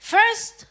First